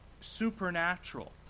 supernatural